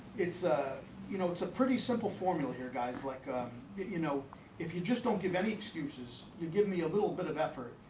it's a you know it's a pretty simple formula here guys like ah you know if you just don't give any excuses you give me a little bit of effort.